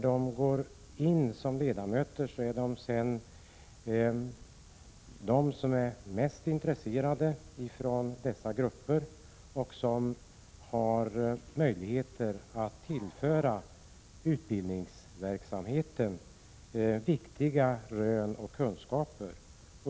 De är dock mycket intresserade och aktiva och har möjlighet att tillföra utbildningsverksamheten viktiga rön och kunskaper.